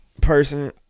person